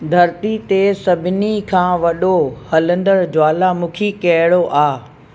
धरती ते सभिनी खां वॾो हलंदड़ ज्वालामुखी कहिड़ो आहे